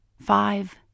five